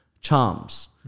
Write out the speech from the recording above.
charms